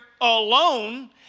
alone